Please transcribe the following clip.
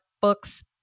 books